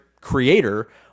creator